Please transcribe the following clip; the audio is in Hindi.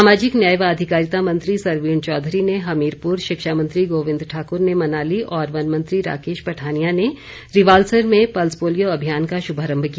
सामाजिक न्याय व अधिकारिता मंत्री सरवीण चौधरी ने हमीरपुर शिक्षा मंत्री गोविंद ठाकुर ने मनाली और वन मंत्री राकेश पठानिया ने रिवाल्सर में पल्स पोलियो अभियान का शुभारंभ किया